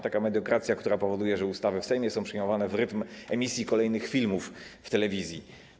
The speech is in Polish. Taka mediokracja powoduje, że ustawy w Sejmie są przyjmowane w rytm emisji kolejnych filmów w telewizji.